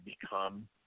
become